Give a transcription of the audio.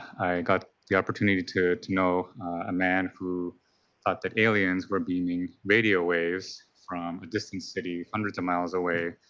i got the opportunity to to know a man who thought that aliens were beaming radio waves from a distant city hundreds of miles away,